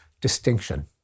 distinction